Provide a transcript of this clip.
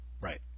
Right